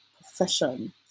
profession